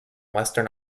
western